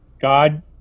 God